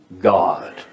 God